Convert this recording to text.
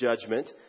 judgment